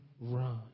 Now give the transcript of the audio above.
run